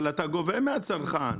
אבל אתה גובה מהצרכן.